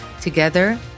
Together